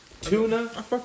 Tuna